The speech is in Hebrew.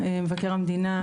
מבקר המדינה,